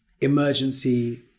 emergency